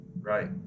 Right